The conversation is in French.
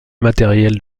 matériel